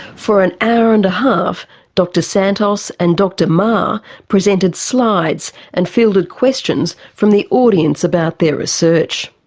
for an hour and half dr santos and dr maher presented slides and fielded questions from the audience about their research.